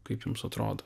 kaip jums atrodo